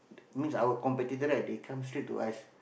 means our competitor right they come straight to us